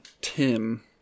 Tim